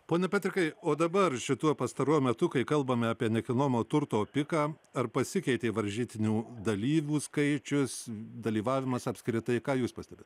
pone petrikai o dabar šituo pastaruoju metu kai kalbame apie nekilnojamo turto piką ar pasikeitė varžytinių dalyvių skaičius dalyvavimas apskritai ką jūs pastebit